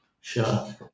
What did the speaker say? Sure